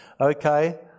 okay